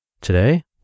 Today